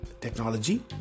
technology